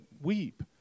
weep